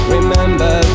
Remember